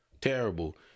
Terrible